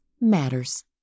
matters